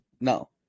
No